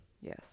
Yes